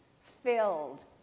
filled